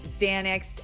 xanax